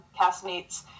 castmates